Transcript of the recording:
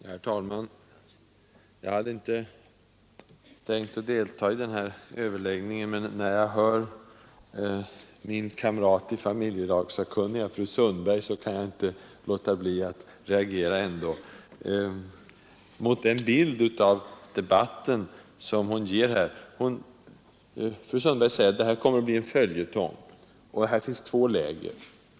Herr talman! Jag hade inte tänkt delta i den här överläggningen, men när jag hör min kamrat i familjelagssakkunniga, fru Sundberg, kan jag inte låta bli att reagera mot den bild av debatten som hon ger. Fru Sundberg säger att det här kommer att bli en följetong, och att det finns två läger.